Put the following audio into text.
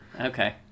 Okay